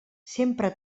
sempre